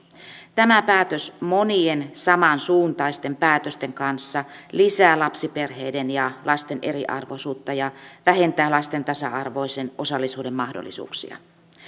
tämä päätös monien samansuuntaisten päätösten kanssa lisää lapsiperheiden ja lasten eriarvoisuutta ja vähentää lasten tasa arvoisen osallisuuden mahdollisuuksia